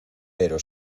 pero